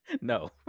No